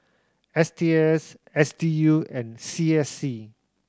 S T S S D U and C S C